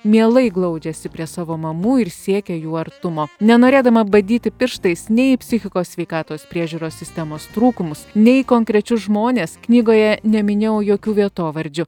mielai glaudžiasi prie savo mamų ir siekia jų artumo nenorėdama badyti pirštais nei į psichikos sveikatos priežiūros sistemos trūkumus nei į konkrečius žmones knygoje neminėjau jokių vietovardžių